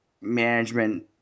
management